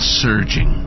surging